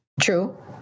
True